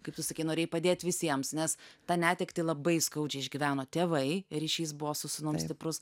kaip tu sakei norėjai padėt visiems nes tą netektį labai skaudžiai išgyveno tėvai ryšys buvo su sūnum stiprus